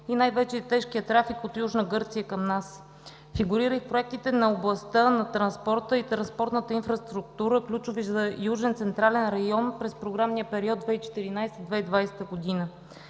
и най-вече тежкият трафик от Южна Гърция към нас. Фигурира и в проектите на областта на транспорта и транспортната инфраструктура, ключови за Южен централен район през програмния период 2014 – 2020 г.